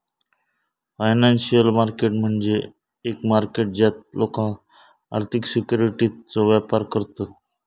financial market म्हणजे एक market ज्यात लोका आर्थिक सिक्युरिटीजचो व्यापार करतत